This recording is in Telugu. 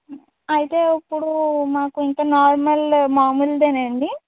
అయితే ఇప్పుడు మాకు ఇంక నార్మల్ మాములుదేనా అండి